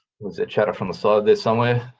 was there chatter from the side there somewhere?